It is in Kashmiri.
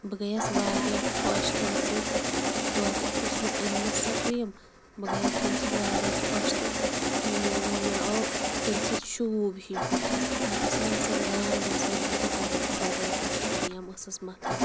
بہٕ گٔیَس واریاہ خۄش تمہِ سۭتۍ توتہِ اوس مےٚ أنمٕژ سۄ کِرٛیٖم بہٕ گٔیَس تمہِ سۭتۍ واریاہ خۄش تہٕ مےٚ آو تمہِ سۭتۍ شوٗب ہِش بٕتھِس نَتہٕ ٲس مےٚ آسان گانٛد ؤژھمٕژ بٕتھِس اگر بہٕ بَدَل کانٛہہ کِرٛیٖم ٲسٕس مَتھان